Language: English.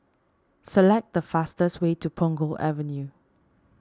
select the fastest way to Punggol Avenue